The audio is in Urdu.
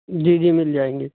جی جی مل جائیں گی